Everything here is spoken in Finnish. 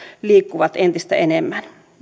liikkuvat entistä enemmän